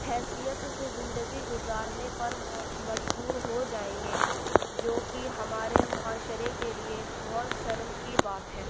حیثیت سے زندگی گُزارنے پر مجبور ہو جائیں گے جو کہ ہمارے معاشرے کے لیے بہت شرم کی بات ہے